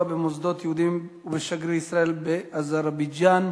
במוסדות יהודיים ובשגריר ישראל באזרבייג'ן,